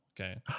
Okay